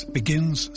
begins